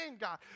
God